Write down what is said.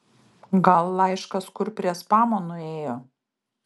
gal laiškas kur prie spamo nuėjo